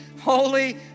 holy